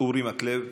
אורי מקלב?